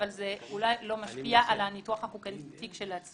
אבל זה אולי לא משפיע על הניתוח החוקתי כשלעצמו.